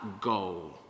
goal